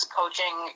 coaching